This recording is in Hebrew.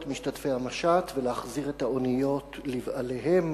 משתתפי המשט ולהחזיר את האוניות לבעליהן,